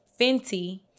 fenty